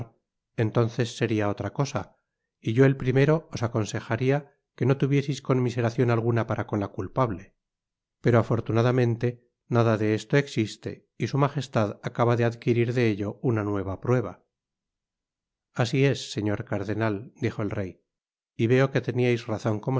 entonces seria otra cosa y yo el primero os aconsejaria que no tuvieseis conmiseracion alguna para con la culpable pero afortunadamente nada de esto existe y su magestad acaba de adquirir de ello una nueva prueba asi es señor cardenal dijo el rey y veo que teniais razon